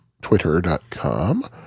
Twitter.com